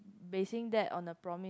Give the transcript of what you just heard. basing that on the promise